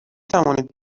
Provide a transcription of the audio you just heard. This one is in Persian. توانید